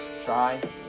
try